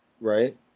right